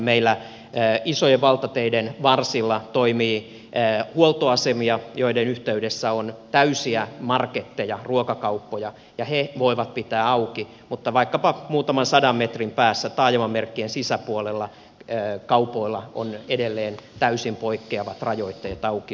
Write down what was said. meillä isojen valtateiden varsilla toimii huoltoasemia joiden yhteydessä on täysiä marketteja ruokakauppoja ja he voivat pitää auki mutta vaikkapa muutaman sadan metrin päässä taajamamerkkien sisäpuolella kaupoilla on edelleen täysin poikkeavat rajoitteet auki oloon